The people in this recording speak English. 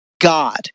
God